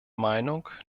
meinung